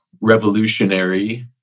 revolutionary